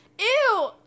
Ew